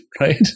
Right